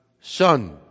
Son